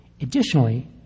Additionally